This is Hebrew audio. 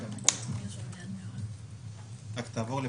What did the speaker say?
וגם עורכת